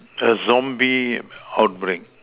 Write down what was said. the zombie outbreak